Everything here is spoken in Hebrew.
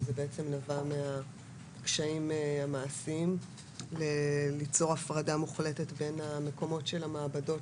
שזה נבע מהקשיים המעשיים ליצור הפרדה מוחלטת בין המקומות של המעבדות